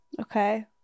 Okay